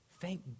Thank